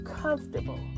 comfortable